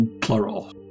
plural